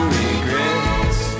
regrets